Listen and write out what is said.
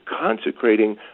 consecrating